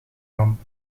ramp